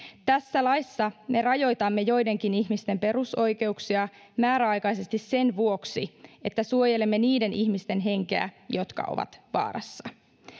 tässä laissa me rajoitamme joidenkin ihmisten perusoikeuksia määräaikaisesti sen vuoksi että suojelemme niiden ihmisten henkeä jotka ovat vaarassa